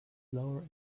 lower